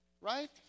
Right